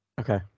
Okay